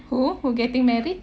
who who getting married